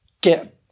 get